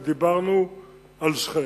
ודיברנו על שכם.